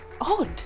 odd